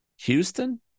Houston